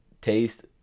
taste